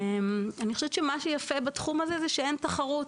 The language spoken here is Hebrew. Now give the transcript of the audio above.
אני חושבת שמה שיפה בתחום הזה זה שאין תחרות